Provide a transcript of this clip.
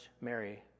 Mary